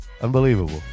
unbelievable